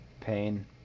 Pain